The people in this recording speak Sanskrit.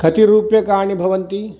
कति रूप्यकाणि भवन्ति